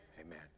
Amen